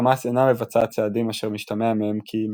חמאס אינה מבצעת צעדים אשר משתמע מהם כי היא